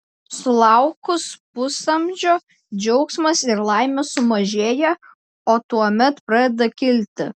sulaukus pusamžio džiaugsmas ir laimė sumažėja o tuomet pradeda kilti